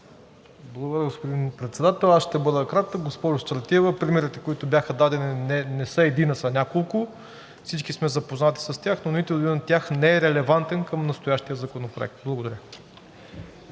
Благодаря, господин Председател. Аз ще бъда кратък. Госпожо Стратиева, примерите, които бяха дадени, не са един, а са няколко. Всички сме запознати с тях, но нито един от тях не е релевантен към настоящия законопроект. Благодаря.